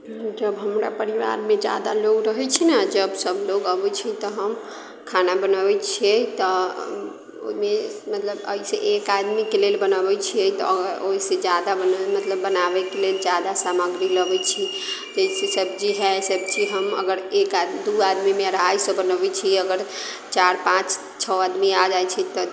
जब हमरा परिवारमे ज्यादा लोग रहैत छै ने जब सभ लोक अबैत छै तऽ हम खाना बनबैत छियै तऽ ओहिमे मतलब ऐसे एक आदमीके लेल बनबैत छियै तऽ ओहिसँ ज्यादा बनबै मतलब बनाबयके लेल ज्यादा सामग्री लगैत छै जैसे सब्जी हइ सब्जी हम अगर एक आदमी दू आदमीमे अढ़ाइ सए बनबैत छियै अगर चारि पाँच छओ आदमी आ जाइत छै तऽ